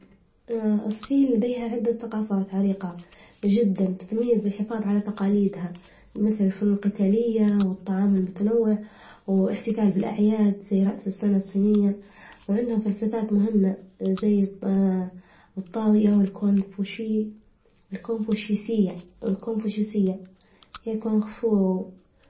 الصين لديها عدة ثقافات عريجة جدا، تتميز بالحفاظ على تقاليدها مثل الفنون القتالية، والطعام المتنوع، والاحتفال بالأعياد زي رأس السنة الصينية، وعندهم فلسفات مهمة زي الطاوية والكمفوشيسية- والكونفوشية إللي هي الكونجفو.